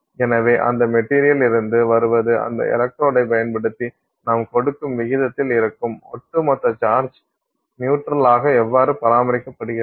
எனவே அந்த மெட்டீரியல்லிருந்து வருவது அந்த எலக்ட்ரோட்களைப் பயன்படுத்தி நாம் கொடுக்கும் விகிதத்தில் இருக்கும் ஒட்டுமொத்த சார்ஜ் நியூட்ரல் ஆக எவ்வாறு பராமரிக்கப்படுகிறது